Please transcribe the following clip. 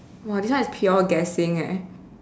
!wah! this one is pure guessing leh